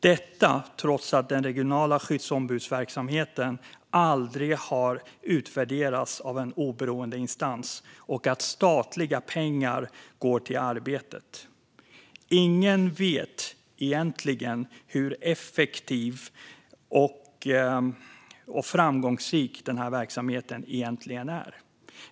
Detta trots att den regionala skyddsombudsverksamheten aldrig har utvärderats av en oberoende instans och att statliga pengar går till arbetet. Ingen vet hur effektiv och framgångsrik den här verksamheten egentligen är.